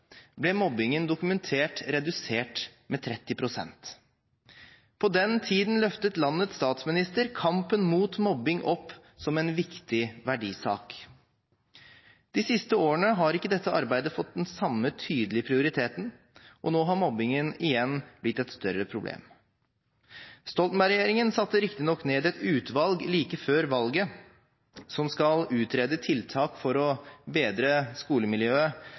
ble mobbingen dokumentert redusert med 30 pst. På den tiden løftet landets statsminister kampen mot mobbing opp som en viktig verdisak. De siste årene har ikke dette arbeidet fått den samme tydelige prioriteten, og nå har mobbingen igjen blitt et større problem. Stoltenberg-regjeringen satte riktignok ned, like før valget, et utvalg som skal utrede tiltak for å bedre skolemiljøet